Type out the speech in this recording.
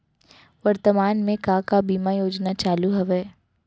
वर्तमान में का का बीमा योजना चालू हवये